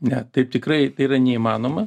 ne taip tikrai yra neįmanoma